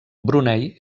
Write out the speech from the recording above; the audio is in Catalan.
brunei